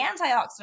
antioxidant